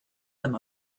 them